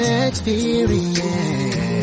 experience